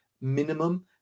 minimum